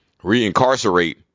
Reincarcerate